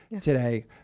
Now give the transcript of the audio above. today